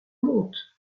monte